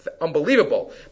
unbelievable